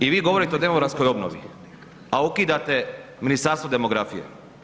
I vi govorite o demografskoj obnovi, a ukidate Ministarstvo demografije.